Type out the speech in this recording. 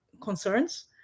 concerns